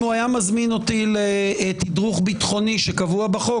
אם הוא היה מזמין אותי לתדרוך ביטחוני שקבוע בחוק,